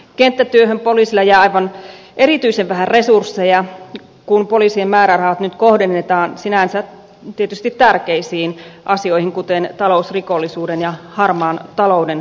kenttätyöhön poliisilla jää aivan erityisen vähän resursseja kun poliisien määrärahat nyt kohdennetaan sinänsä tietysti tärkeisiin asioihin kuten talousrikollisuuden ja harmaan talouden torjuntaan